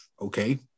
okay